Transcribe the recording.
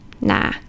Nah